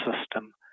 system